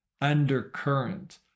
undercurrent